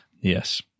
Yes